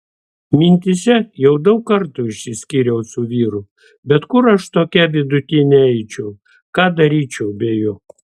mintyse jau daug kartų išsiskyriau su vyru bet kur aš tokia vidutinė eičiau ką daryčiau be jo